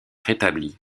rétablie